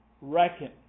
Reckon